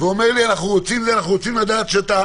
נכנס לחדרי ואמר לי: אנחנו רוצים לדעת שאתה